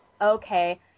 Okay